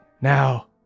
now